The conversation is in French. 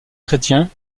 chrétiens